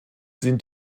sind